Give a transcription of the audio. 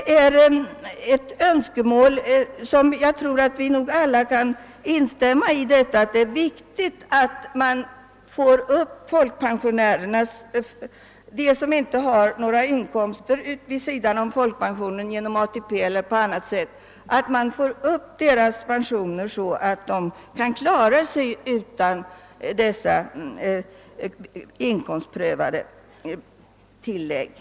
Jag tror att vi alla kan instämma i att det är viktigt, att pensionerna för de folkpensionärer som inte har några inkomster vid sidan av folkpensionen, ATP eller liknande, höjs så att de kan klara sig utan dessa inkomstprövade tillägg.